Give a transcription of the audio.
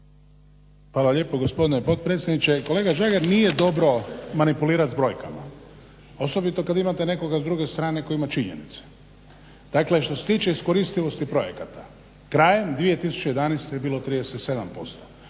Hvala lijepa gospodine potpredsjedniče. Kolega Žagar nije dobro manipulirat s brojkama. Osobito kad imate nekoga s druge strane koji ima činjenicu. Dakle što se tiče iskoristivosti projekata krajem 2011. je bilo 37%,